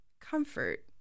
comfort